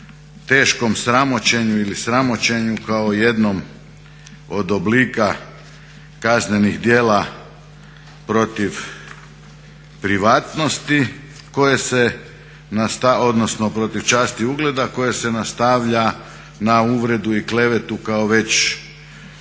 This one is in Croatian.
teškom sramoćenju ili sramoćenju kao jednom od obliku kaznenih djela protiv privatnosti koje se, odnosno protiv časti i ugleda koje se nastavlja na uvredu i klevetu kao već